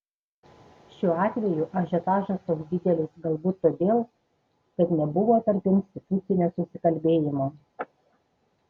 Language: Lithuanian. šiuo atveju ažiotažas toks didelis galbūt todėl kad nebuvo tarpinstitucinio susikalbėjimo